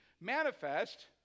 manifest